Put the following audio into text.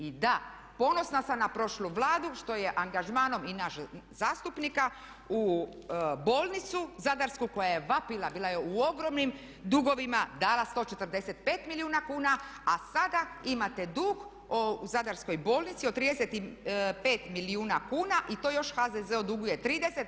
I da, ponosna sam na prošlu Vladu što je angažmanom i nas zastupnika u bolnicu zadarsku koja je vapila, bila je u ogromnim dugovima dala 145 milijuna kuna, a sada imate dug u Zadarskoj bolnici od 35 milijuna kuna i to još HZZO duguje 30.